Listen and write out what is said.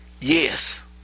yes